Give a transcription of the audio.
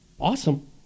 Awesome